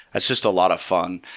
that's just a lot of fun.